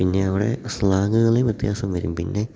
പിന്നെ അവിടെ സ്ലാങ്ങുകളിൽ വ്യത്യാസം വരും പിന്നെ